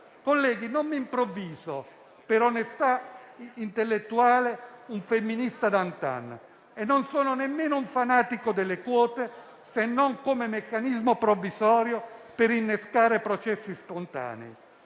Colleghi, non mi improvviso - per onestà intellettuale - un femminista d'antan e non sono nemmeno un fanatico delle quote se non come meccanismo provvisorio per innescare processi spontanei;